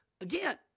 Again